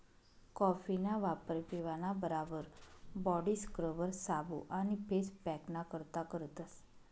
कॉफीना वापर पेवाना बराबर बॉडी स्क्रबर, साबू आणि फेस पॅकना करता करतस